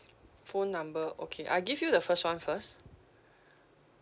phone number okay I give you the first [one] first